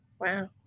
Wow